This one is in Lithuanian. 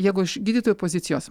jeigu iš gydytojų pozicijos